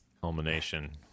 Culmination